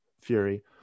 fury